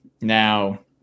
Now